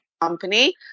company